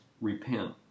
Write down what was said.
repent